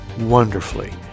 wonderfully